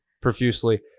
profusely